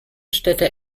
städte